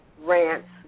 rants